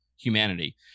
humanity